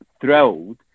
thrilled